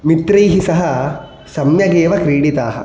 मित्रैः सह सम्यगेव क्रीडिताः